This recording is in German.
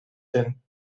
den